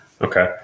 Okay